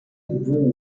broom